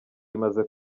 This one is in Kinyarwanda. bimaze